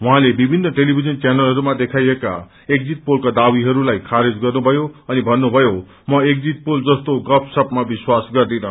उहाँले विभिन्न टेलिभिजन च्यानलहरूमा देखाइएका एग्जिट पोलका वावीहरूलाई खारेज गर्नुभयो अनि भन्नुभयो म एग्जिट पोल जस्तो गफसफश विश्वास गर्दैन